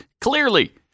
clearly